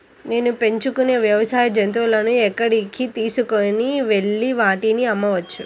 నేను పెంచుకొనే వ్యవసాయ జంతువులను ఎక్కడికి తీసుకొనివెళ్ళి వాటిని అమ్మవచ్చు?